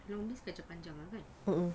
long beans kacang panjang ah kan